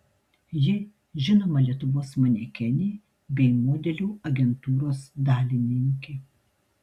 ji žinoma lietuvos manekenė bei modelių agentūros dalininkė